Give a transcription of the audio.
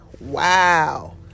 Wow